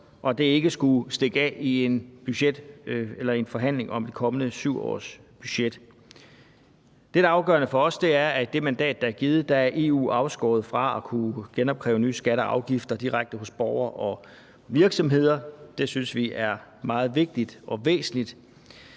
at det ikke skulle stikke af i en forhandling om de kommende 7 års budget. Det, der er afgørende for os, er, at i det mandat, der er givet, er EU afskåret fra at kunne opkræve nye skatter og afgifter direkte hos borgere og virksomheder. Det synes vi er meget vigtigt og væsentligt.